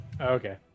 Okay